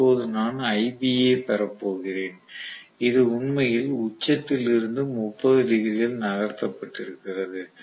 இப்போது நான் iB ஐப் பெறப் போகிறேன் இது உண்மையில் உச்சத்தில் இருந்து 30 டிகிரிகள் நகர்த்த்தப்பட்டிருக்கிறது